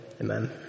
Amen